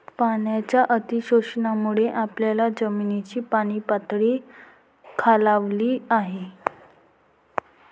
पाण्याच्या अतिशोषणामुळे आपल्या जमिनीची पाणीपातळी खालावली आहे